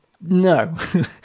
No